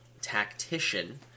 Tactician